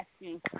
asking